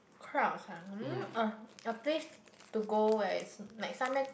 crowds ah mm a a place to go where it's like somewhere